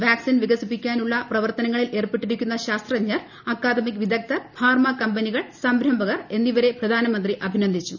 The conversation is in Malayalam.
വാക്സിൻ വികസിപ്പിക്കാനുള്ള പ്രവർത്തനങ്ങളിൽ ഏർപ്പെട്ടിരിക്കുന്ന ശാസ്ത്രജ്ഞർ അക്കാദമിക് വിദഗ്ധർ ഫാർമ കമ്പനികൾ സംരംഭകർ എന്നിവരെ പ്രധാനമന്ത്രി അഭിനന്ദിച്ചു